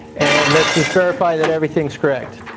and let's just verify that everything is correct.